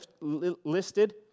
listed